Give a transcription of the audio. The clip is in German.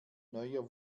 neuer